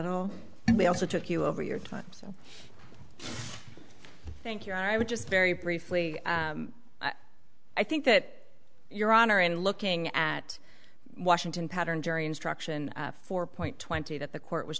and they also took you over your time so thank you i would just very briefly i think that your honor in looking at washington pattern jury instruction four point twenty that the court was